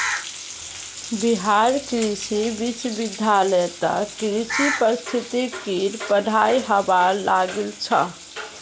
बिहार कृषि विश्वविद्यालयत कृषि पारिस्थितिकीर पढ़ाई हबा लागिल छ